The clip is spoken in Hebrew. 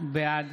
בעד